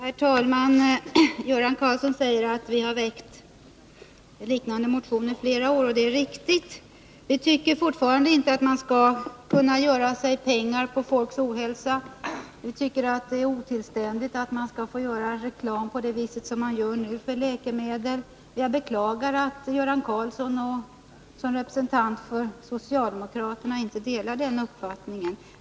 Herr talman! Göran Karlsson säger att vi har väckt liknande motioner under flera år, och det är riktigt. Vi tycker fortfarande inte att man skall göra sig pengar på folks ohälsa. Vi tycker att det är otillständigt att man skall få göra reklam för läkemedel på det sätt som man nu gör. Jag beklagar att Göran Karlsson som representant för socialdemokraterna inte delar denna uppfattning.